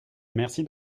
merci